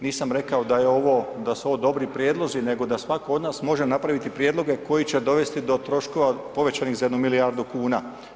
Nisam rekao da je ovo, da su ovo dobri prijedlozi, nego da svako od nas može napraviti prijedloge koji će dovesti do troškova povećanih za jedno milijardu kuna.